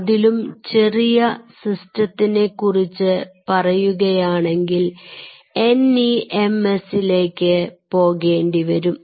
അതിലും ചെറിയ സിസ്റ്റത്തിനെ കുറിച്ച് പറയുകയാണെങ്കിൽ NEMS ലേക്ക് പോകേണ്ടിവരും